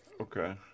Okay